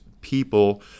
people